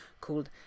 called